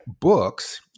books